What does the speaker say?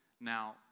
Now